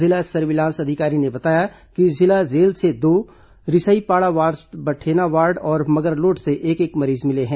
जिला सर्विलांस अधिकारी ने बताया कि जिला जेल से दो रिसईपाड़ा वार्ड बठेना वार्ड और मगरलोड से एक एक मरीज मिले हैं